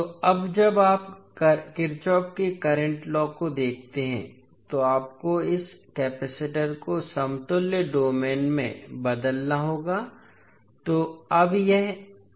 तो अब जब आप किरचॉफ के करंट लॉ को देखते हैं तो आपको इस कपैसिटर को समतुल्य डोमेन में बदलना होगा